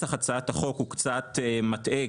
נוסח הצעת החוק קצת מטעה,